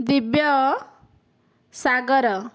ଦିବ୍ୟ ସାଗର